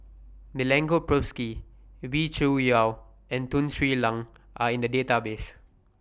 Milenko Prvacki Wee Cho Yaw and Tun Sri Lanang Are in The Database